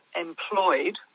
employed